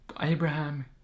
Abraham